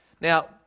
Now